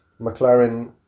McLaren